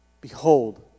behold